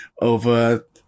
over